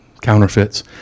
counterfeits